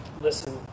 listen